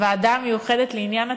הוועדה המיוחדת לעניין התיקונים,